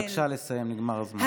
בבקשה לסיים, נגמר הזמן.